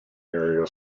area